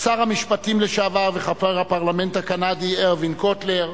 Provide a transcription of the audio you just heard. שר המשפטים לשעבר וחבר הפרלמנט הקנדי ארווין קוטלר,